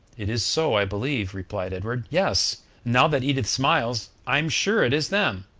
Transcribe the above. it is so, i believe, replied edward. yes, now that edith smiles, i'm sure it is them.